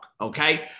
okay